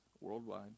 worldwide